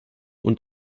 und